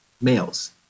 males